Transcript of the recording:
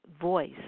voice